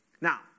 Now